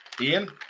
Ian